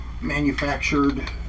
manufactured